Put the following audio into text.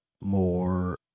more